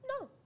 No